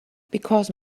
because